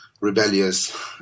rebellious